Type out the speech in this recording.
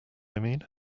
mean